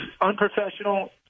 unprofessional